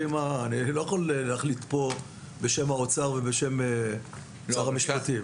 אני לא יכול להחליט כאן בשם האוצר ובשם שר המשפטים.